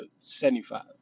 $75